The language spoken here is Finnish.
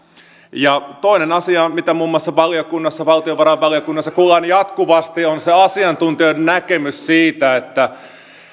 ja asia mitä muun muassa valiokunnassa valtiovarainvaliokunnassa kuullaan jatkuvasti on se asiantuntijoiden näkemys siitä että